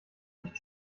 nicht